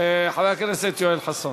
חבר הכנסת יואל חסון,